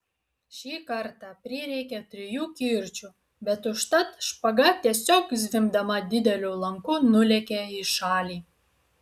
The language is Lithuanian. šį kartą prireikė trijų kirčių bet užtat špaga tiesiog zvimbdama dideliu lanku nulėkė į šalį